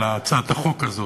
הצעת החוק הזאת,